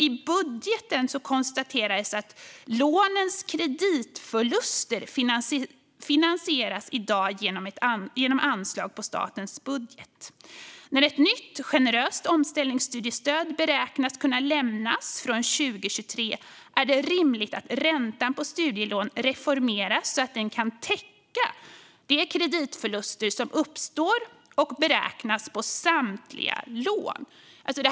I budgeten konstateras att studielånens kreditförluster i dag finansieras genom anslag på statens budget och att det, när ett nytt generöst omställningsstudiestöd beräknas kunna lämnas från 2023, är rimligt att räntan på studielån reformeras så att den kan täcka de kreditförluster som uppstår och beräknas på samtliga lån.